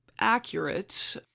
accurate